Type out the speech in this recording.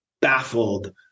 baffled